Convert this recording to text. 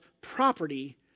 property